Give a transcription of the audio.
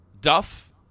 Duff